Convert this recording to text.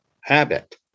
habit